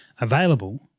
available